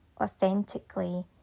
authentically